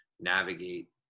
navigate